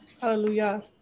Hallelujah